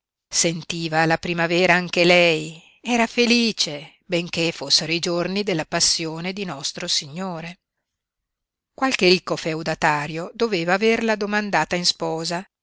sentiva la primavera anche lei era felice benché fossero i giorni della passione di nostro signore qualche ricco feudatario doveva averla domandata in sposa